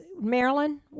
Maryland